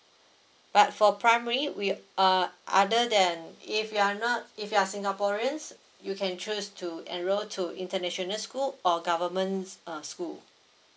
but for primary we uh other than if you're not if you are singaporeans you can choose to enroll to international school or government's uh school